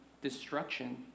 destruction